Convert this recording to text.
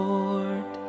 Lord